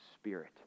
Spirit